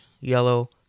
yellow